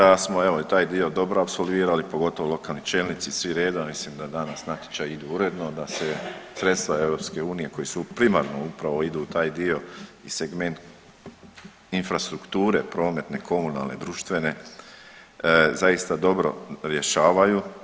Kolegice, mislim da smo i taj dio dobro apsolvirali pogotovo lokalni čelnici svi redom, mislim da danas natječaji idu uredno da se sredstva EU koja su primarno upravo idu u taj dio i segment infrastrukture prometne, komunalne, društvene zaista dobro rješavaju.